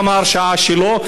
גם ההרשעה שלו,